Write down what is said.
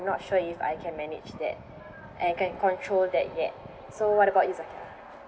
not sure if I can manage that I can control that yet so what about you zakiah